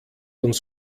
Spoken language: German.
uns